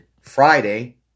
Friday